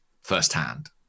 firsthand